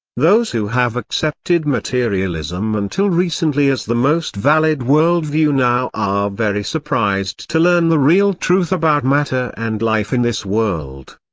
those who have accepted materialism until recently as the most valid worldview now are very surprised to learn the real truth about matter and life in this world.